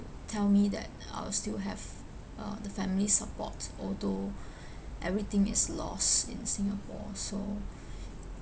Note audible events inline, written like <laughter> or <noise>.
tell me that I will still have uh the family support although <breath> everything is lost in singapore so <breath>